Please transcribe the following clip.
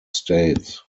states